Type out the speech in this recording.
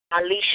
Alicia